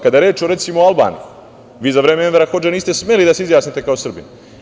Kada je reč o recimo Albaniji, vi za vreme Emira Hodže niste smeli da se izjasnite kao Srbin.